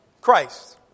Christ